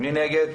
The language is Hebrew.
זה נכון.